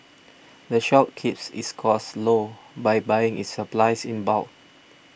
the shop keeps its costs low by buying its supplies in bulk